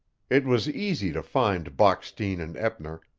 it was easy to find bockstein and eppner,